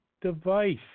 device